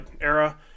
era